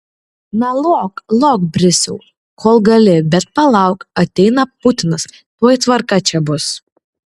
na lok lok brisiau kol gali bet palauk ateina putinas tuoj tvarka čia bus